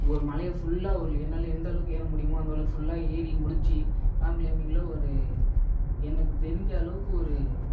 ஒரு மலையே ஃபுல்லாக என்னால் எந்தளவுக்கு ஏற முடியுமோ அந்தளவுக்கு ஃபுல்லாக ஏறி முடித்து ராக் க்ளைம்பிங்கில் ஒரு எனக்கு தெரிஞ்ச அளவுக்கு ஒரு